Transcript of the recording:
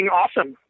awesome